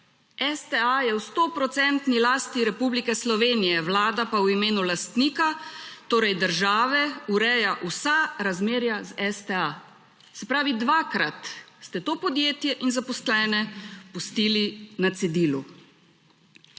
STA v 100 % lasti Republike Slovenije, Vlada pa imenu lastnika, torej države ureja vsa razmerja z STA. Se pravi dvakrat ste to podjetje in zaposlene pustili na cedilu.